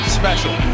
special